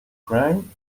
ukraine